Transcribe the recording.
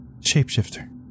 Shapeshifter